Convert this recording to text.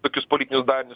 tokius politinius darinius